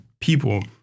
people